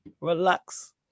Relax